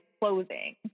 closing